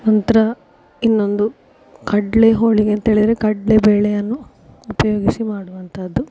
ನಂತರ ಇನ್ನೊಂದು ಕಡಲೆ ಹೋಳಿಗೆ ಅಂತೇಳಿದರೆ ಕಡಲೆ ಬೇಳೆಯನ್ನು ಉಪಯೋಗಿಸಿ ಮಾಡುವಂಥದ್ದು